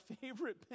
favorite